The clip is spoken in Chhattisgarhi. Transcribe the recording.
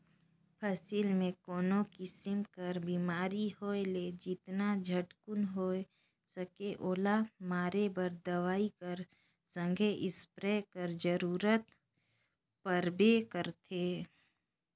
फसिल मे कोनो किसिम कर बेमारी होए ले जेतना झटकुन होए सके ओला मारे बर दवई कर संघे इस्पेयर कर जरूरत परबे करथे